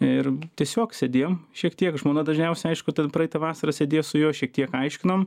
ir tiesiog sėdėjom šiek tiek žmona dažniausia aišku ten praitą vasarą sėdėjo su juo šiek tiek aiškinom